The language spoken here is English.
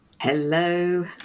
Hello